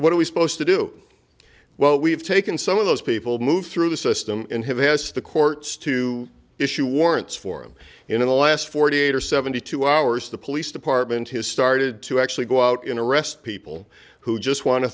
what are we supposed to do well we've taken some of those people move through the system and have asked the courts to issue warrants for him in the last forty eight or seventy two hours the police department has started to actually go out in arrest people who just want